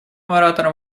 оратором